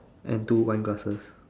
and two wine glasses